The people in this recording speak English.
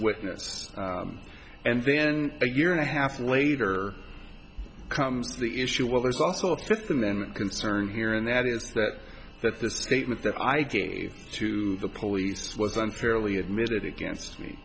witness and then a year and a half later comes the issue well there's also a fifth amendment concern here and that is that that the statement that i gave to the police was unfairly admitted against me